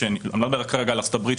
אני לא מדבר כרגע על ארצות-הברית,